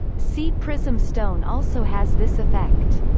sea-prism stone also has this effect.